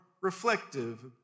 reflective